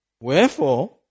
Wherefore